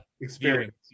experience